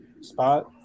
spot